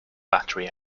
battery